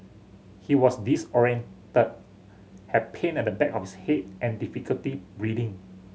he was disorientated had pain at the back of his head and difficulty breathing